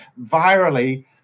virally